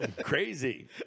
Crazy